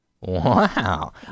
Wow